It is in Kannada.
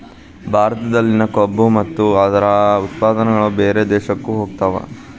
ಭಾರತದಲ್ಲಿನ ಕಬ್ಬು ಮತ್ತ ಅದ್ರ ಉತ್ಪನ್ನಗಳು ಬೇರೆ ದೇಶಕ್ಕು ಹೊಗತಾವ